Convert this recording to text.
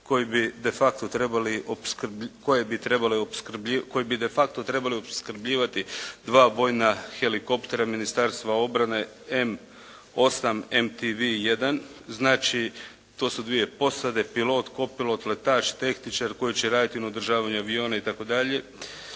koji bi de facto trebali opskrbljivati dva vojna helikoptera Ministarstva obrane M-8, MTV-1. Znači to su dvije posade, pilot, kopilot, letač, tehničar koji će raditi na održavanju aviona i